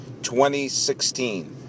2016